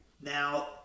Now